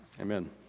Amen